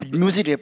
music